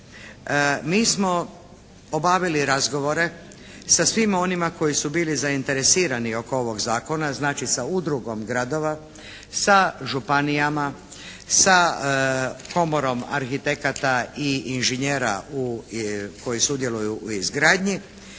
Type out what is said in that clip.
Mi smo obavili razgovore sa svima onima koji su bili zainteresirani oko ovog zakona, znači sa udrugom gradova, sa županijama, sa komorom arhitekata i inženjera koji sudjeluju u izgradnji.